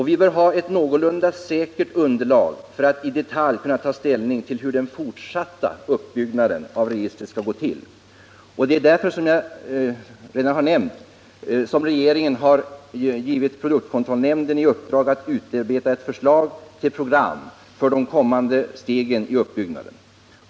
Vi bör ha ett någorlunda säkert underlag för att i detalj kunna ta ställning till hur den fortsatta uppbyggnaden av registret skall ske. Det är därför som regeringen, som jag redan har nämnt, givit produktkontrollnämnden i uppdrag att utarbeta ett förslag till program för de kommande stegen i uppbyggnaden.